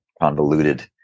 convoluted